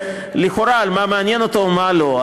ולכאורה על מה מעניין אותו ומה לא.